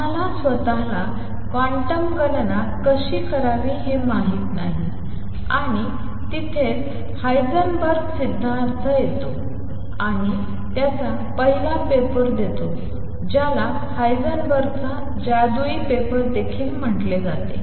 आम्हाला स्वतःला क्वांटम गणना कशी करावी हे माहित नाही आणि तिथेच हायसेनबर्ग सिद्धांत येतो आणि त्याचा पहिला पेपर देतो ज्याला हायझेनबर्गचा जादुई पेपर देखील म्हटले जाते